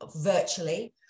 virtually